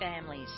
families